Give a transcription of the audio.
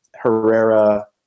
Herrera